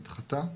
שנדחתה,